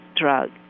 drug